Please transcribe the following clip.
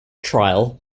trial